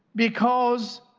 because